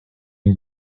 une